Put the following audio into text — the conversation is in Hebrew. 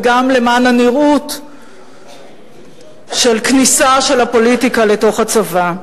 גם למען הנראות של כניסה של הפוליטיקה לתוך הצבא.